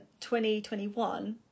2021